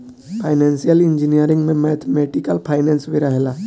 financial engineering में mathematical finance भी रहेला